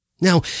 Now